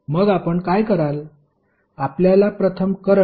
मग आपण काय कराल